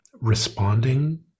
responding